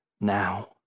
now